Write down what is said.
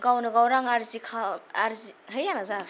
गावनो गाव रां